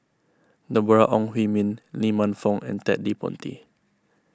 Deborah Ong Hui Min Lee Man Fong and Ted De Ponti